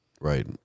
Right